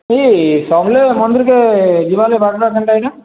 ଏହି ସମଲେଇ ମନ୍ଦିରକେ ଯିବାକେ ବାଟଟା କେନ୍ତା ଏହିଟା